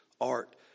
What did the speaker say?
art